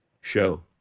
show